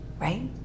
right